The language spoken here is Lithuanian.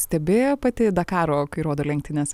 stebėjot pati dakaro kai rodo lenktynes